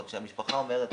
והמשפחה אמרה לי